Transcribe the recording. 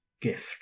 gift